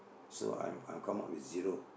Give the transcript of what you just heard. so I'm I'm come up with zero